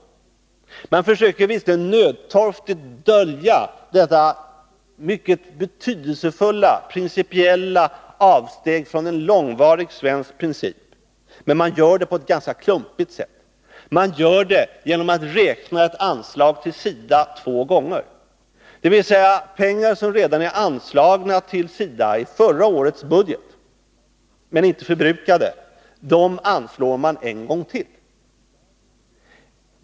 Socialdemokraterna försöker visserligen nödtorftigt dölja detta mycket betydelsefulla avsteg från en långvarig svensk princip — men man gör det på ett ganska klumpigt sätt, nämligen genom att räkna ett anslag till SIDA två gånger. Pengar som redan är anslagna till SIDA i förra årets budget, men inte förbrukade, vill regeringen anslå en gång till.